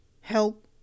help